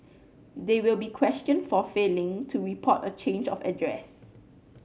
they will be questioned for failing to report a change of address